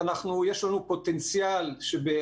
יש לנו פוטנציאל -- סליחה.